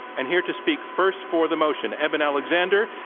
and here to speak first for the motion, eben alexander.